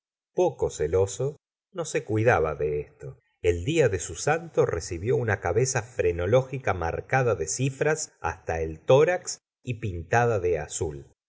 poco celoso no se cuidaba de esto el dia de su santo recibió una cabeza frenológica marcada de cifras hasta el tórax y pintada de azul